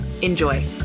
Enjoy